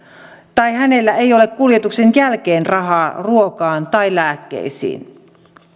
tai hänellä ei ole kuljetuksen jälkeen rahaa ruokaan tai lääkkeisiin